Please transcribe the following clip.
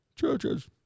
Churches